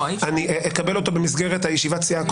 אני אקבל אותו במסגרת ישיבת הסיעה הקרובה של יש עתיד.